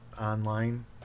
online